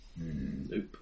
Nope